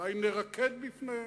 אולי נרקד בפניהם.